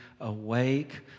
awake